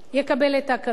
יקבל את ההקלות.